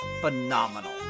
phenomenal